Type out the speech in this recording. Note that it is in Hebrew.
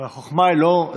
אבל החוכמה היא לא צפרדע.